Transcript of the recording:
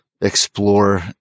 explore